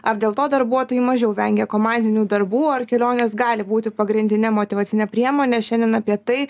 ar dėl to darbuotojai mažiau vengia komandinių darbų ar kelionės gali būti pagrindine motyvacine priemone šiandien apie tai